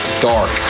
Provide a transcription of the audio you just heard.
dark